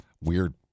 weird